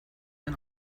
ein